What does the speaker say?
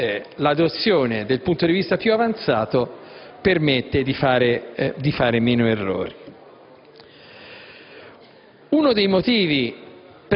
l'adozione del punto di vista più avanzato permette di fare meno errori. Uno dei motivi